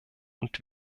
und